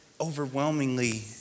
overwhelmingly